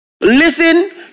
Listen